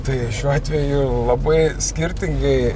tai šiuo atveju labai skirtingi